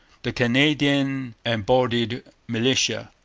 the canadian embodied militia.